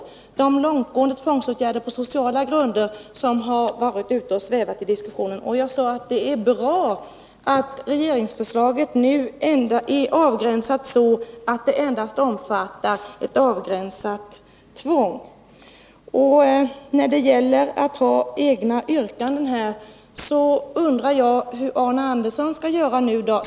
Jag avsåg de långtgående tvångsåtgärder på sociala grunder som varit med i diskussionen. Jag sade också att det är bra att regeringsförslaget nu endast omfattar ett avgränsat tvång. På tal om att ha egna yrkanden undrar jag hur Arne Andersson i Gustafs skall göra nu.